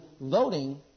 voting